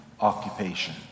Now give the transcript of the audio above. occupation